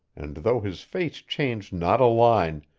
and though his face changed not a line,